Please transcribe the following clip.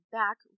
back